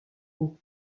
haut